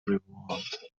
revolved